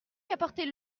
apporter